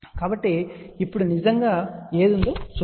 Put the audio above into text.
కాబట్టి ఇప్పుడు నిజంగా ఏమి ఉందో చూద్దాం